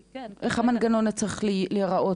כי כן --- איך המנגנון צריך להיראות?